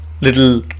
little